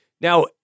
now